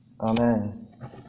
Amen